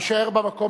תישאר במקום,